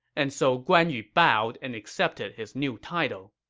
and so guan yu bowed and accepted his new title